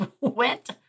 went